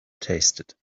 tasted